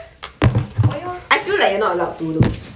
我要